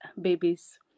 babies